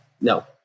No